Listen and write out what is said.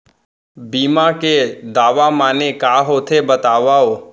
बीमा के दावा माने का होथे बतावव?